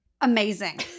Amazing